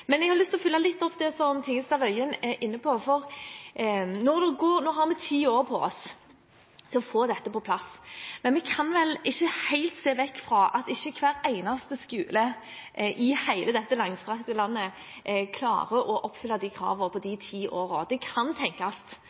Jeg har lyst til å følge litt opp det som Tingelstad Wøien var inne på. Nå har vi ti år på oss til å få dette på plass, men vi kan ikke helt se vekk fra at ikke hver eneste skole i hele dette langstrakte landet klarer å oppfylle kravene på disse ti årene. Det kan tenkes at det